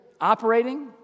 operating